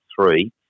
three